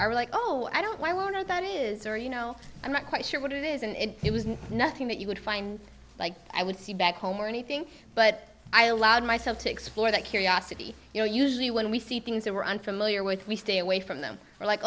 are like oh i don't why won't know that it is or you know i'm not quite sure what it is and it was nothing that you would find like i would see back home or anything but i allowed myself to explore that curiosity you know usually when we see things that were unfamiliar with we stay away from them